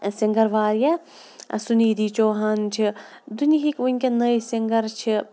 singer واریاہ سُنیٖدی چوہان چھِ دُنہیٖکۍ وٕنۍکٮ۪ن نٔے سِنٛگَر چھِ